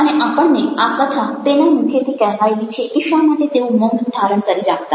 અને આપણને આ કથા તેના મુખેથી કહેવાયેલી છે કે શા માટે તેઓ મૌન ધારણ કરી રાખતા